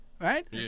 Right